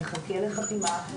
מדובר בהסכם שמחכה לחתימה,